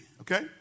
okay